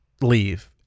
leave